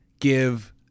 give